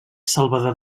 salvador